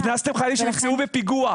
הכנסתם חיילים שנפצעו בפיגוע.